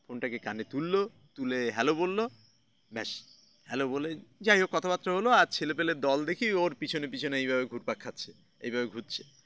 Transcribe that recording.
ফোনটাকে কানে তুললো তুলে হ্যালো বললো ব্যাস হ্যালো বলে যাই হোক কথাবাত্রা হলো আর ছেলে পেলে দল দেখি ওর পিছনে পিছনে এইভাবে ঘুরপাক খাচ্ছে এইভাবে ঘুরছে